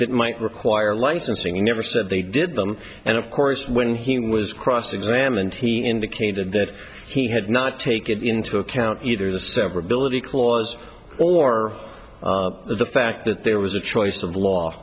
that might require licensing he never said they did them and of course when he was cross examined he indicated that he had not taken into account either the severability clause or the fact that there was a choice of law